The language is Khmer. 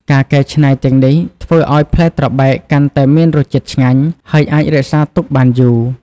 ការកែច្នៃទាំងនេះធ្វើឲ្យផ្លែត្របែកកាន់តែមានរសជាតិឆ្ងាញ់ ហើយអាចរក្សាទុកបានយូរ។